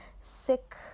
sick